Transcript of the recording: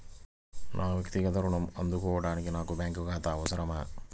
నా వక్తిగత ఋణం అందుకోడానికి నాకు బ్యాంక్ ఖాతా అవసరమా?